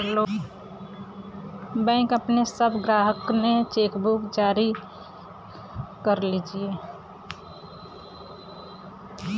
bank अपने सब ग्राहकनके चेकबुक जारी करला